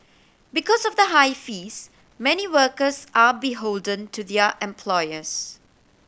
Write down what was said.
because of the high fees many workers are beholden to their employers